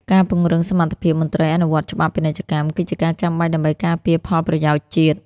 ការពង្រឹងសមត្ថភាពមន្ត្រីអនុវត្តច្បាប់ពាណិជ្ជកម្ម គឺជាការចាំបាច់ដើម្បីការពារផលប្រយោជន៍ជាតិ។